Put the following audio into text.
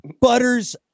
butters